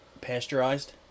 Pasteurized